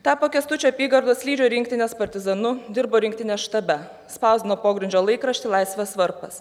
tapo kęstučio apygardos lydžio rinktinės partizanu dirbo rinktinės štabe spausdino pogrindžio laikraštį laisvės varpas